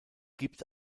gibt